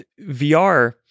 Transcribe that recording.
VR